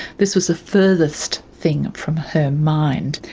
this was the furthest thing from her mind.